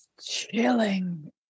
Chilling